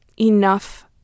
enough